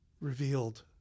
revealed